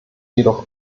jedoch